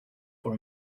for